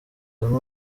harimo